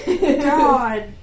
God